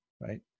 right